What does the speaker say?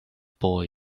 boy